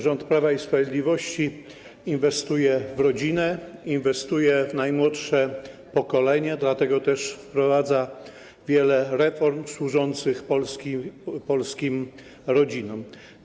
Rząd Prawa i Sprawiedliwości inwestuje w rodzinę, inwestuje w najmłodsze pokolenie, dlatego też wprowadza wiele reform służących polskim rodzinom.